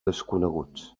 desconeguts